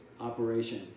operation